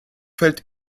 fällt